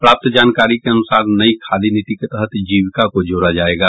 प्राप्त जानकारी के अनुसार नयी खादी नीति के तहत जीविका को जोड़ा जायेगा